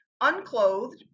unclothed